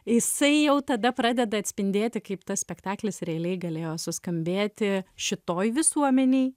jisai jau tada pradeda atspindėti kaip tas spektaklis realiai galėjo suskambėti šitoj visuomenėj